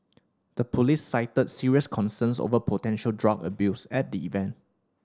the police cited serious concerns over potential drug abuse at the event